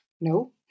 No